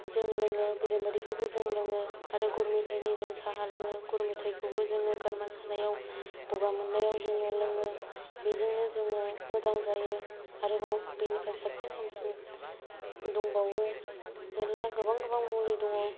जों लोङो बेरे मोदैखौबो जों लोङो आरो गुर मेथाइनि जोङो साहा लोङो गुर मेथाइखौबो जोङो गारामा सानायाव गगा मोननायाव जोङो लोङो बेजोंनो जोङो मोजां जायो आरोबाव बिनिफ्राय साबसिन हामसिन दंबावो मेरला गोबां गोबां मुलि दङ